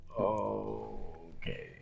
Okay